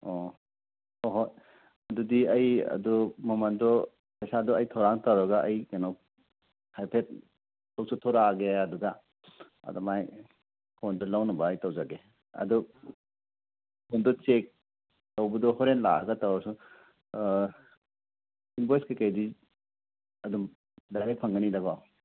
ꯑꯣ ꯍꯣꯏ ꯍꯣꯏ ꯑꯗꯨꯗꯤ ꯑꯩ ꯑꯗꯨ ꯃꯃꯟꯗꯣ ꯄꯩꯁꯥꯗꯣ ꯑꯩ ꯊꯧꯔꯥꯡ ꯇꯧꯔꯒ ꯑꯩ ꯀꯩꯅꯣ ꯍꯥꯏꯐꯦꯠ ꯊꯣꯛꯁꯨ ꯊꯣꯛꯂꯛꯑꯒꯦ ꯑꯗꯨꯗ ꯑꯗꯨꯃꯥꯏ ꯐꯣꯟꯗꯨ ꯂꯧꯅ ꯕꯥꯏ ꯇꯧꯕꯒꯤ ꯑꯗꯨ ꯍꯟꯗꯛꯁꯦ ꯇꯧꯕꯗꯣ ꯍꯣꯔꯦꯟ ꯂꯥꯛꯂꯒ ꯇꯧꯔꯁꯨ ꯏꯟꯕꯣꯏꯁ ꯀꯩꯀꯩꯗꯤ ꯑꯗꯨꯝ ꯗꯥꯏꯔꯦꯛ ꯐꯒꯅꯤꯗꯀꯣ